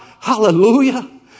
hallelujah